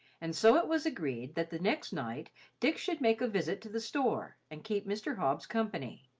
and so it was agreed that the next night dick should make a visit to the store and keep mr. hobbs company.